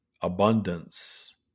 abundance